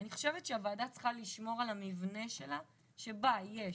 אני חושבת שהוועדה צריכה לשמור על המבנה שלה שבה יש